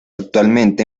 actualmente